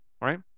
right